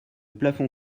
plafond